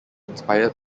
inspired